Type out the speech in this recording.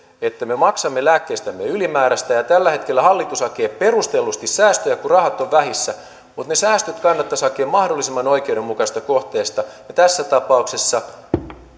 että me maksamme lääkkeistämme ylimääräistä ja tällä hetkellä hallitus hakee perustellusti säästöjä kun rahat ovat vähissä mutta ne säästöt kannattaisi hakea mahdollisimman oikeudenmukaisista kohteista ja tässä tapauksessa